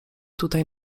tutaj